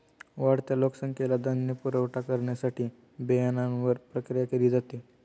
वाढत्या लोकसंख्येला धान्य पुरवठा करण्यासाठी बियाण्यांवर प्रक्रिया केली जाते